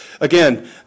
Again